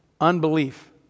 unbelief